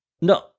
No